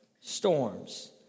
storms